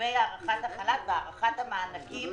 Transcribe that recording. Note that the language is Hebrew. לגבי הארכת החל"ת והארכת המענקים